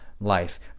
life